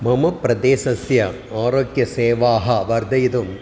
मम प्रदेशस्य आरोग्यसेवाः वर्धयितुम्